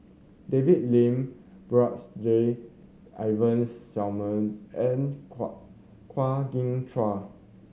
David Lim Brigadier Ivan Simson and Kwa Kwa Geok Choo